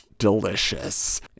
delicious